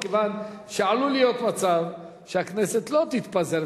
כיוון שעלול להיות מצב שהכנסת לא תתפזר,